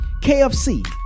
KFC